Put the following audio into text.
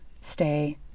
stay